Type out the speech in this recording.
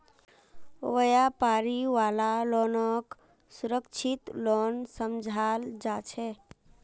व्यापारी वाला लोनक सुरक्षित लोन समझाल जा छे